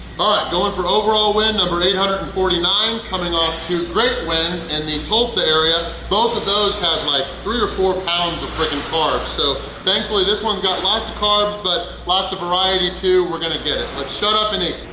going for overall win eight hundred and forty nine coming off two great wins in the tulsa area! both of those have like three or four pounds of freaking carbs so thankfully this one's got lots of carbs but lots of variety too we're gonna get it! let's shut up and eat!